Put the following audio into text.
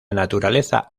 naturaleza